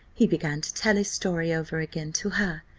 he began to tell his story over again to her,